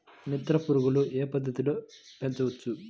మిత్ర పురుగులు ఏ పద్దతిలో పెంచవచ్చు?